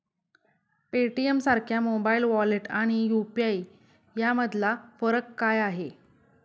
पेटीएमसारख्या mobile wallet आणि UPI यामधला फरक काय आहे?